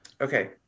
Okay